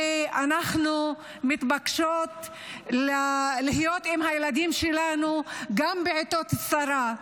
ואנחנו מתבקשות להיות עם הילדים שלנו גם בעיתות צרה.